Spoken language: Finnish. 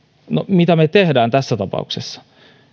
mitä me teemme tässä tapauksessa